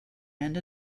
and